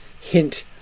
hint